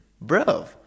Bro